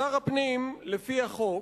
שר הפנים, לפי החוק,